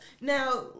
Now